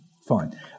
fine